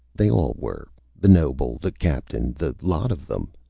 they all were the noble, the captain, the lot of them.